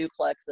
duplexes